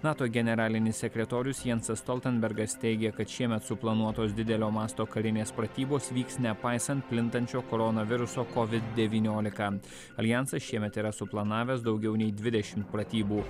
nato generalinis sekretorius jansas stoltenbergas teigia kad šiemet suplanuotos didelio masto karinės pratybos vyks nepaisant plintančio koronaviruso covid devyniolika aljansas šiemet yra suplanavęs daugiau nei dvidešim pratybų